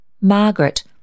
Margaret